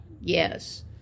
Yes